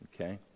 Okay